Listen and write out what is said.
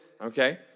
Okay